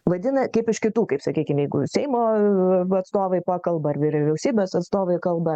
vadina kaip iš kitų kaip sakykim jeigu seimo atstovai pakalba ar vyriausybės atstovai kalba